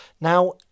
now